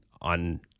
on